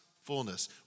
fullness